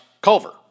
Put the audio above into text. Culver